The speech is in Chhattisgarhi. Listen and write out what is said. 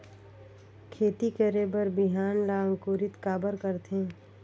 खेती करे बर बिहान ला अंकुरित काबर करथे?